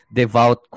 devout